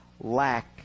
lack